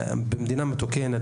במדינה מתוקנת